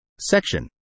Section